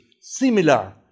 similar